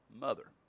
mother